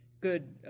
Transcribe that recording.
good